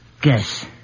Guess